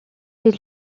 est